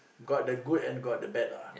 got the good and got the bad lah